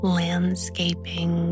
landscaping